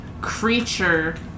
creature